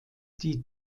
die